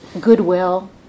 goodwill